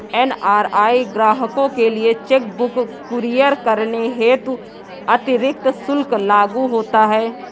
NRI ग्राहकों के लिए चेक बुक कुरियर करने हेतु अतिरिक्त शुल्क लागू होता है